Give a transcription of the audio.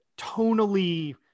tonally